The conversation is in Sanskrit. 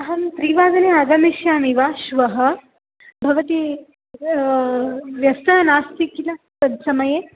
अहं त्रिवादने आगमिष्यामि वा श्वः भवती व्यस्ता नास्ति किल तत्समये